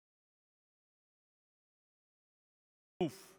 חתם שר האוצר צו לביטול מכס על חלקי חילוף לרכב,